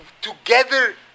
together